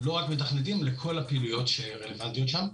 לא רק מתכנתים, לכל הפעילויות שרלוונטיות שם.